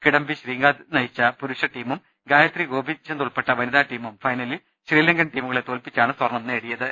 കിഡംബി ശ്രീകാന്ത് നയിച്ച പുരുഷ ടീമും ഗായത്രി ഗോപീചന്ദ് ഉൾപ്പെട്ട വനിതാ ടീമും ഫൈനലിൽ ശ്രീലങ്കൻ ടീമുകളെ തോൽപ്പിച്ചാണ് സ്വർണം നേടിയത്